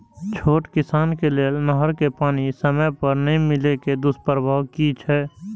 छोट किसान के लेल नहर के पानी समय पर नै मिले के दुष्प्रभाव कि छै?